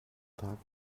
tag